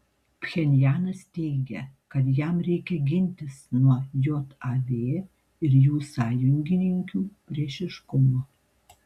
pchenjanas teigia kad jam reikia gintis nuo jav ir jų sąjungininkių priešiškumo